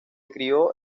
crio